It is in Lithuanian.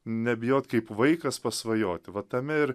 nebijot kaip vaikas pasvajoti vat tame ir